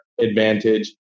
Advantage